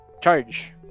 charge